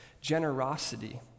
generosity